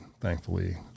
Thankfully